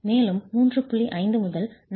5 முதல் 40 வரை யூனிட் பலம் உள்ளது